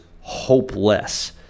hopeless